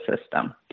system